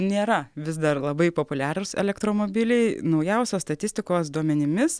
nėra vis dar labai populiarūs elektromobiliai naujausios statistikos duomenimis